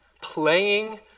playing